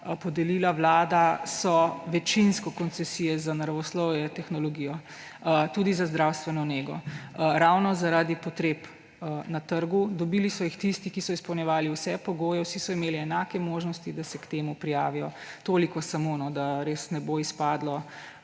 podelila Vlada, so večinsko koncesije za naravoslovje in tehnologijo, tudi za zdravstveno nego ravno zaradi potreb na trgu. Dobil so jih tisti, ki so izpolnjevali vse pogoje, vsi so imeli enake možnosti, da se k temu prijavijo. Toliko samo, da res ne bo izpadlo